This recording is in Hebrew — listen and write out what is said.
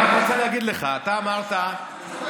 אני רק רוצה להגיד לך: אתה אמרת שהמס